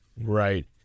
Right